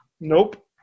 Nope